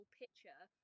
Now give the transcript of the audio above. picture